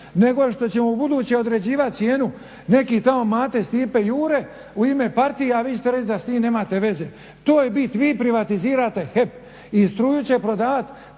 nego što će mu ubuduće određivat cijenu neki tamo Mate, Stipe, Jure u ime partije, a vi ćete reći da s tim nemate veze. To je bit, vi privatizirate HEP i struju će prodavat